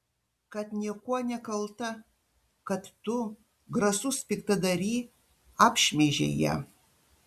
kad niekuo nekalta kad tu grasus piktadary apšmeižei ją